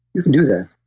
you can do that.